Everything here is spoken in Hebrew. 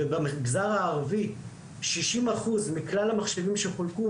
במגזר הערבי 60 אחוז מכלל המחשבים שחולקו,